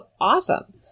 awesome